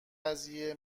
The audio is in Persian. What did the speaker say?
قضیه